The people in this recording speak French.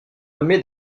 nommé